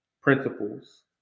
principles